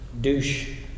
douche